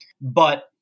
but-